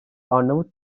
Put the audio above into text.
arnavut